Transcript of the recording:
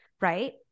right